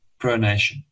pronation